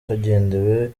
hagendewe